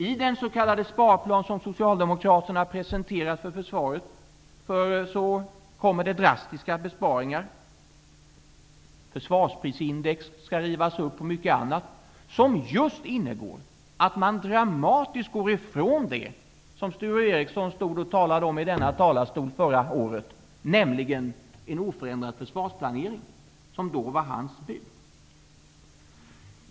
I den s.k. sparplan som Socialdemokraterna presenterat för försvaret kommer det drastiska besparingar -- försvarsprisindex skall rivas upp och mycket annat -- som just innebär att man dramatiskt går ifrån det som Sture Ericson stod och talade om i denna talarstol förra året, nämligen en oförändrad försvarsplanering, som då var hans bud.